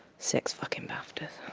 six fucking baftas.